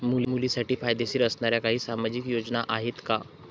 मुलींसाठी फायदेशीर असणाऱ्या काही सामाजिक योजना आहेत का?